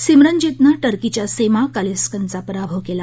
सिमरनजीतनं टर्कीच्या सेमा कालीसकनचा पराभव केला